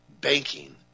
banking